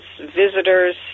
visitors